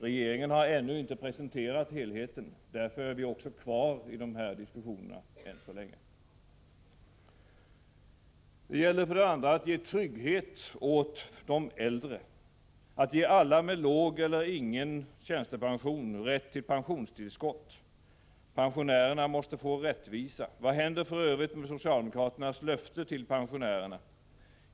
Regeringen har ännu inte presenterat helheten. Därför är vi också än så länge kvar i dessa diskussioner. För det andra gäller det att ge trygghet för de äldre. o Ge alla med låg eller ingen ATP rätt till pensionstillskott. Pensionärerna måste få rättvisa. Vad händer för övrigt med socialdemokraternas löfte till pensionärerna?